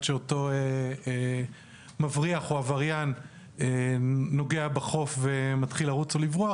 שאותו מבריח או עבריין נוגע בחוף ומתחיל לרוץ או לברוח.